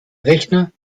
rechner